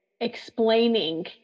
explaining